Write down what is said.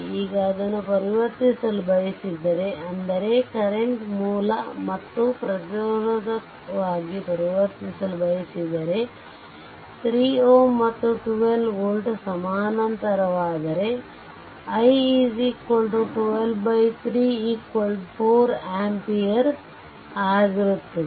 ಈಗ ಅದನ್ನು ಪರಿವರ್ತಿಸಲು ಬಯಸಿದರೆ ಅಂದರೆ ಕರೆಂಟ್ ಮೂಲ ಮತ್ತು ಪ್ರತಿರೋಧವಾಗಿ ಪರಿವರ್ತಿಸಲು ಬಯಸಿದರೆ ಈ 3 Ω ಮತ್ತು 12 volt ಸಮಾನಾಂತರವಾದರೆ i 12 3 4 ampere ಆಗಿರುತ್ತದೆ